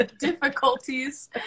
difficulties